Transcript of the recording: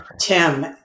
Tim